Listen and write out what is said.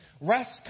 rest